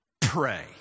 Pray